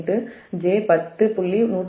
866 j10